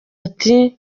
ati